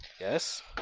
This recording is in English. Yes